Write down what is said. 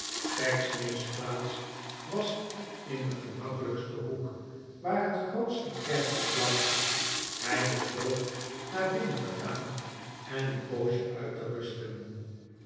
pecksniff's plaats was in den gemakkelijksten hoek waar het grootste kerkboek lag hij besloot naar binnen te gaan en een poosje uit te rusten